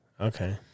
Okay